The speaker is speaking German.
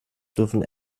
dürfen